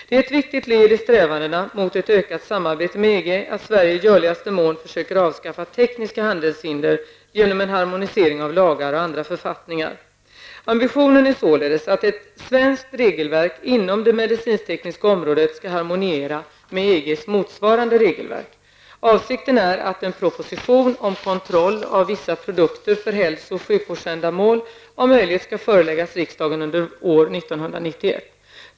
Det är ett viktigt led i strävandena mot ett ökat samarbete med EG att Sverige i görligaste mån försöker avskaffa tekniska handelshinder genom en harmonisering av lagar och andra författningar. Ambitionen är således att ett svenskt regelverk inom det medicintekniska området skall harmoniera med EGs motsvarande regelverk. Avsikten är att en proposition om kontroll av vissa produkter för hälso och sjukvårdsändamål om möjligt skall föreläggas riksdagen under år 1991.